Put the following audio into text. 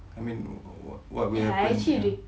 I mean what will happen